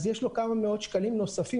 יש לו כמה מאות שקלים נוספים.